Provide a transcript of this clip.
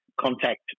contact